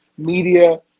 media